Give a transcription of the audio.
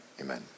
Amen